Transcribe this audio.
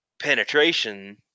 penetration